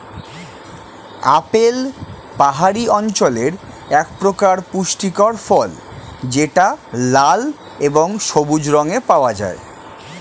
apple পাহাড়ি অঞ্চলের একপ্রকার পুষ্টিকর ফল যেটা লাল এবং সবুজ রঙে পাওয়া যায়